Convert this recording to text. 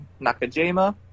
Nakajima